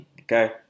okay